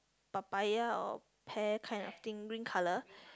papaya or pear kind of thing green colour